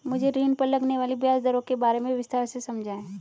मुझे ऋण पर लगने वाली ब्याज दरों के बारे में विस्तार से समझाएं